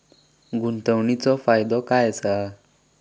गुंतवणीचो फायदो काय असा?